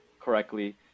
correctly